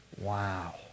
Wow